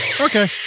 Okay